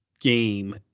game